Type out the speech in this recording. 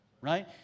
right